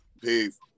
peace